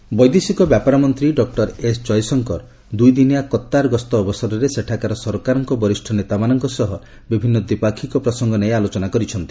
Jaishankar Qatar ବୈଦେଶିକ ବ୍ୟାପାର ମନ୍ତ୍ରୀ ଡକୁର ଏସ୍ ଜୟଶଙ୍କର ଦୁଇଦିନିଆ କତ୍ତାର ଗସ୍ତ ଅବସରରେ ସେଠାକାର ସରକାରଙ୍କ ବରିଷ ନେତାମାନଙ୍କ ସହ ବିଭିନ୍ନ ଦ୍ୱିପାକ୍ଷିକ ପ୍ରସଙ୍ଗ ନେଇ ଆଲୋଚନା କରିଛନ୍ତି